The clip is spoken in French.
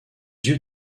yeux